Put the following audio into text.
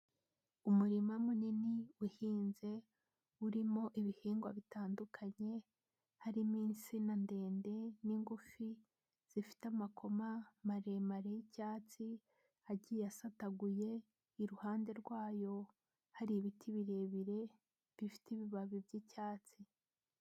Umurima munini uhinze, urimo ibihingwa bitandukanye harimo insina ndende n'ingufi zifite amakoma maremare y'icyatsi agiye asataguye, iruhande rwayo hari ibiti birebire bifite ibibabi by'icyatsi.